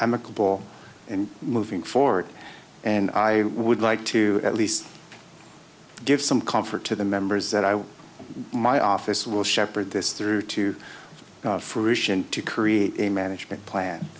i'm accountable and moving forward and i would like to at least give some comfort to the members that i will my office will shepherd this through to fruition to create a management plan